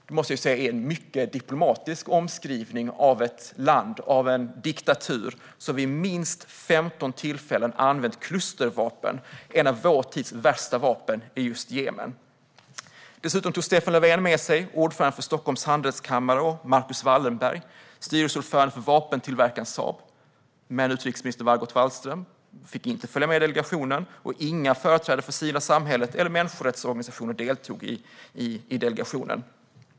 Jag måste säga att det är en mycket diplomatisk omskrivning för en diktatur som vid minst 15 tillfällen använt klustervapen - en av vår tids värsta vapen - i Jemen. Dessutom tog Stefan Löfven med sig ordföranden för Stockholms Handelskammare och Marcus Wallenberg, styrelseordförande för vapentillverkaren Saab. Men utrikesminister Margot Wallström fick inte följa med delegationen, och några företrädare för det civila samhället eller människorättsorganisationer deltog inte heller.